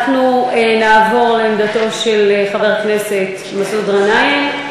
אנחנו נעבור לעמדתו של חבר הכנסת מסעוד גנאים,